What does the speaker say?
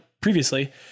previously